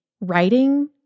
writing